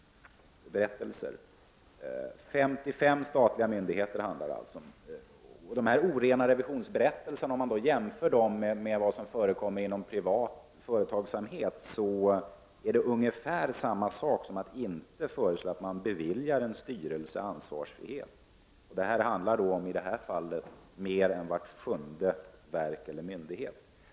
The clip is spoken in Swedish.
Det handlar således om 55 statliga myndigheter. Om man jämför de orena revisionsberättelserna med vad som förekommer i privat företagsamhet, kan man säga att det ungefär är samma sak som att inte föreslå att man beviljar en styrelse ansvarsfrihet. Det handlar alltså i detta fall om mer än vart sjunde verk eller myndighet.